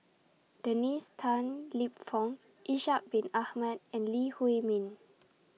Dennis Tan Lip Fong Ishak Bin Ahmad and Lee Huei Min